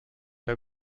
der